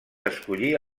escollir